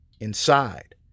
inside